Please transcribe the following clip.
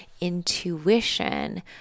intuition